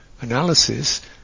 analysis